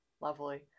lovely